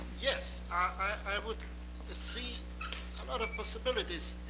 yes, i would see a lot of possibilities.